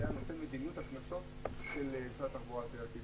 היה נושא מדיניות הקנסות שמשרד התחבורה רצה להטיל.